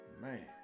Man